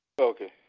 Okay